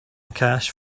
cash